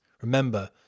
Remember